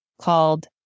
called